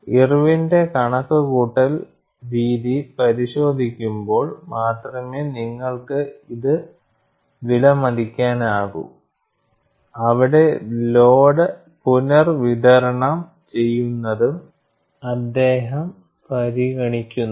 ഇർവിന്റെ കണക്കുകൂട്ടൽ രീതി പരിശോധിക്കുമ്പോൾ മാത്രമേ നിങ്ങൾക്ക് ഇത് വിലമതിക്കാനാകൂ അവിടെ ലോഡ് പുനർവിതരണം ചെയ്യുന്നതും അദ്ദേഹം പരിഗണിക്കുന്നു